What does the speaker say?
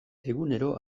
egunero